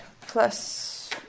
plus